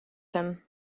him